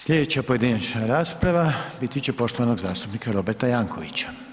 Slijedeća pojedinačna rasprava biti će poštovanog zastupnika Roberta Jankovića.